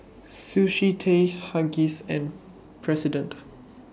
Sushi Tei Huggies and President